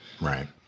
Right